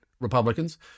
Republicans